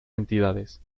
entidades